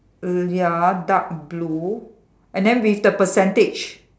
err ya dark blue and then with the percentage